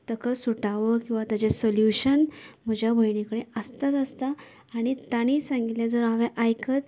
ताका सुटावे किंवां ताचें सोल्युशन म्हज्या भयणीकडेन आसताच आसता आनी तांणी सांगिल्ले जर हांवे आयकत